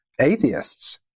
atheists